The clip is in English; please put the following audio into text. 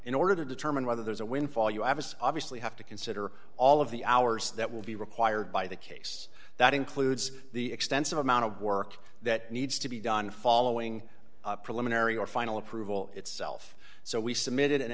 in order to determine whether there's a windfall you as obviously have to consider all of the hours that will be required by the case that includes the extensive amount of work that needs to be done following preliminary or final approval itself so we